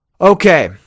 okay